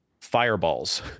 fireballs